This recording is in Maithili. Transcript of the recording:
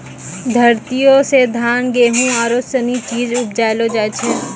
धरतीये से धान, गेहूं आरु सनी चीज उपजैलो जाय छै